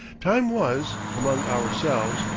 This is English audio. time was, among ourselves,